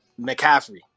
McCaffrey